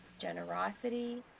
generosity